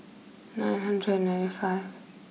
nine hundred ninety five